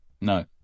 no